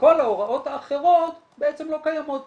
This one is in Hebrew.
וכל ההוראות האחרות בעצם לא קיימות בשבילו.